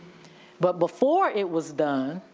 but before it was done,